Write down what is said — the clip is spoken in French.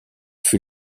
fut